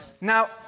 Now